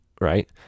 right